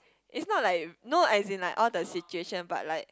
it's not like no as in like all the situation but like